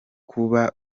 kuba